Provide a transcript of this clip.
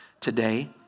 today